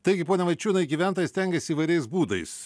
taigi pone vaičiūnai gyventojai stengiasi įvairiais būdais